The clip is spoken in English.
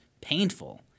painful